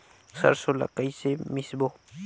सरसो ला कइसे मिसबो?